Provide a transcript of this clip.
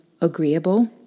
agreeable